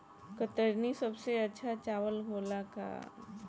कतरनी सबसे अच्छा चावल होला का?